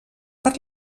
per